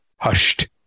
hushed